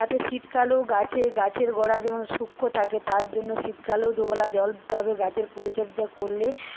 তাতে শীতকালেও গাছে গাছের গোড়া যেমন সূক্ষ্ণ থাকে তার জন্য শীতকালেও দুবেলা জল দিতে হবে গাছের পরিচর্যা করলে